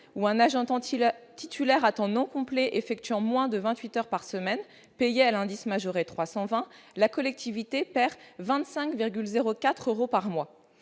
ou un agent titulaire à temps non complet effectuant moins de 28 heures par semaine, payé à l'indice majoré 320, la collectivité perd 25,04 euros par mois